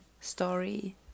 story